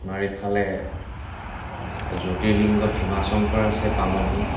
আমাৰ ইফালে জ্যোতিৰ্লিঙ্গ ভীমাশংকৰ আছে পামহি